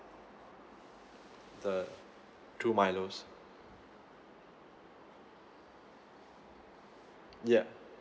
the two milos yeah